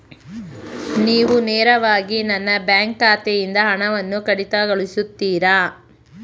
ನೀವು ನೇರವಾಗಿ ನನ್ನ ಬ್ಯಾಂಕ್ ಖಾತೆಯಿಂದ ಹಣವನ್ನು ಕಡಿತಗೊಳಿಸುತ್ತೀರಾ?